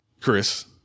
Chris